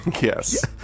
Yes